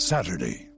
Saturday